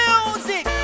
Music